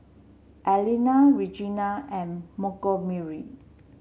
Alina Regina and Montgomery